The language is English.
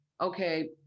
Okay